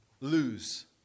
Lose